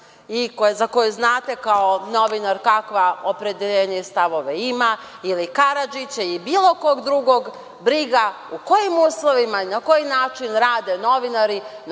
i za koju znate kao novinar, kakva opredeljenja i stavove ima, ili Karadžića, ili bilo kog drugog, briga u kojim uslovima i na koji način rade novinari